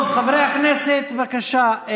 טוב, חברי הכנסת, בבקשה.